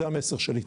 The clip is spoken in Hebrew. זה המסר שלי.